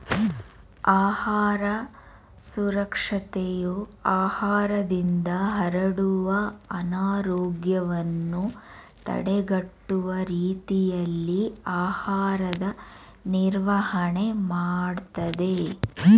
ಆಹಾರ ಸುರಕ್ಷತೆಯು ಆಹಾರದಿಂದ ಹರಡುವ ಅನಾರೋಗ್ಯವನ್ನು ತಡೆಗಟ್ಟುವ ರೀತಿಯಲ್ಲಿ ಆಹಾರದ ನಿರ್ವಹಣೆ ಮಾಡ್ತದೆ